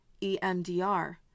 EMDR